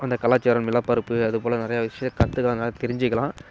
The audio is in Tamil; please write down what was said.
அந்த கலாச்சாரம் நிலப்பரப்பு அது போல நிறைய விஷயம் கற்றுக்கலாம் தெரிஞ்சுக்கலாம்